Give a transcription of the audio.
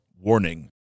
warning